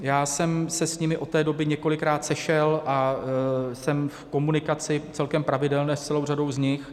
Já jsem se s nimi od té doby několikrát sešel a jsem v komunikaci celkem pravidelné s celou řadou z nich.